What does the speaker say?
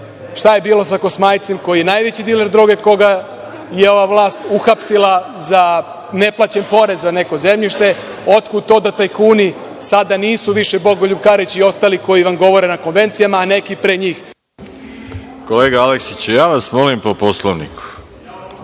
šta je bilo sa Kosmajcem koji je najveći diler droge, koga je ova vlast uhapsila da ne plaća porez na neko zemljište, otkud to da tajkuni sada nisu više Bogoljub Karić i ostali koji vam govore na konvencijama a neki pre njih…(Isključen mikrofon.)